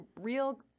real